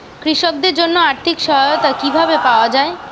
কৃষকদের জন্য আর্থিক সহায়তা কিভাবে পাওয়া য়ায়?